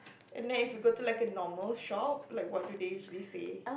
and then if you go to like a normal shop like what do they usually say